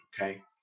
Okay